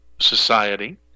society